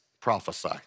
prophesy